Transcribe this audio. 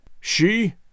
She